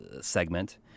segment